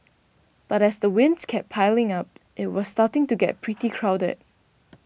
but as the wins kept piling up it was starting to get pretty crowded